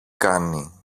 κάνει